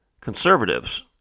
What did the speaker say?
Conservatives